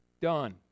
Done